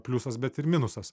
pliusas bet ir minusas